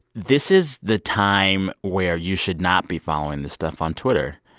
this is the time where you should not be following this stuff on twitter.